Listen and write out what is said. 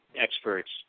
experts